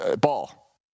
ball